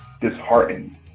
disheartened